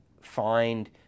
find